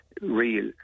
real